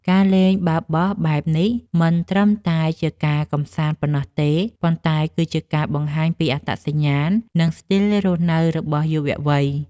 ការលេងបាល់បោះបែបនេះមិនត្រឹមតែជាការកម្សាន្តប៉ុណ្ណោះទេ ប៉ុន្តែគឺជាការបង្ហាញពីអត្តសញ្ញាណ និងស្ទីលរស់នៅរបស់យុវវ័យ។